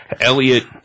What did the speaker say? Elliot